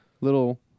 little